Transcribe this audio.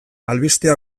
albistea